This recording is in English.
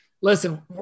listen